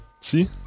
See